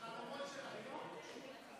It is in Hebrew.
בחלומות שלכם.